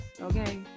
okay